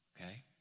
okay